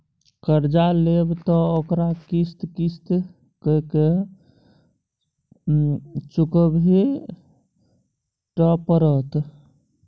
कर्जा लेब त ओकरा किस्त किस्त कए केँ चुकबहिये टा पड़त